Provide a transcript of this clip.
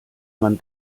man